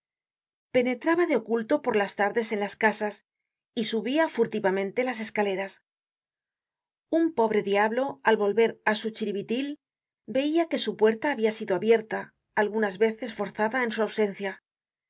penetraba de oculto por las tardes en las casas y subia furtivamente las escaleras un pobre diablo al volver á su chiribitil veia que su puerta habia sido abierta algunas veces forzada en su ausencia